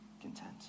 content